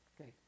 Okay